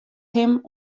him